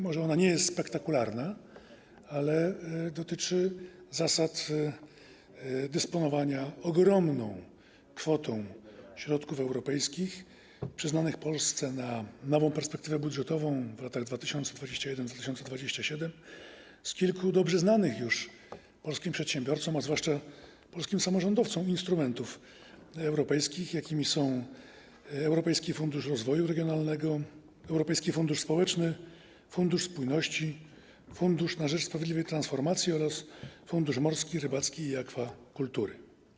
Może ona nie jest spektakularna, ale dotyczy zasad dysponowania ogromną kwotą środków europejskich przyznanych Polsce na nową perspektywę budżetową w latach 2021-2027 z kilku dobrze znanych już polskim przedsiębiorcom, a zwłaszcza polskim samorządowcom, instrumentów europejskich, jakimi są Europejski Fundusz Rozwoju Regionalnego, Europejski Fundusz Społeczny, Fundusz Spójności, Fundusz na rzecz Sprawiedliwej Transformacji oraz Fundusz Morski, Rybacki i Akwakultury.